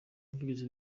umuvugizi